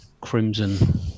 crimson